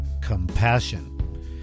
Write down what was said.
Compassion